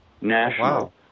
national